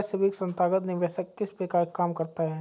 वैश्विक संथागत निवेशक किस प्रकार काम करते हैं?